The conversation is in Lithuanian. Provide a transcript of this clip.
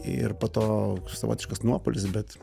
ir po to savotiškas nuopuolis bet